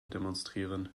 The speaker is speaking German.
demonstrieren